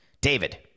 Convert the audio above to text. David